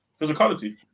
physicality